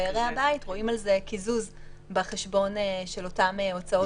-- דיירי הבית רואים על זה קיזוז בחשבון של אותן הוצאות משותפות.